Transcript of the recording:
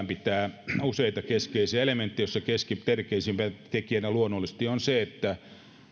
pitää sisällään useita keskeisiä elementtejä joista tärkeimpänä tekijänä luonnollisesti on se että